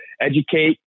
educate